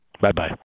Bye-bye